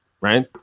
right